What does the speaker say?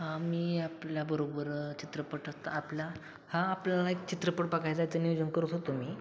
हां मी आपल्याबरोबर चित्रपटात आपला हा आपल्याला एक चित्रपट बघायचं नियोजन करत होतो मी